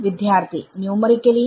വിദ്യാർത്ഥി ന്യൂമറിക്കലി